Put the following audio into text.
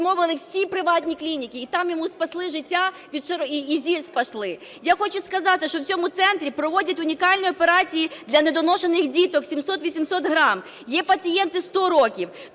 відмовили всі приватні клініки, і там йому спасли життя і зір спасли. Я хочу сказати, що в цьому центрі проводять унікальні операції для недоношених діток (700-800 грамів). Є пацієнти 100 років.